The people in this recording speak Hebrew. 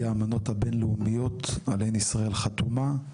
האמנות הבין לאומיות עליהן ישראל חתומה,